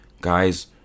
guys